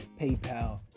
PayPal